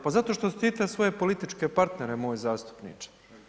Pa zato što štite svoje političke partnere, moj zastupniče.